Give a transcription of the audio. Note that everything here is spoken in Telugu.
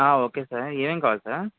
ఒకే సార్ ఏమేం కావలి సార్